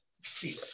See